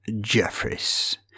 Jeffries